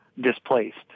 displaced